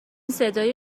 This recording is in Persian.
صدای